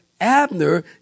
Abner